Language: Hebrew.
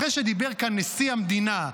אחרי שדיבר כאן נשיא המדינה,